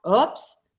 Oops